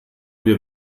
wir